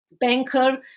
Banker